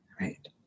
Right